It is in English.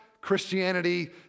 Christianity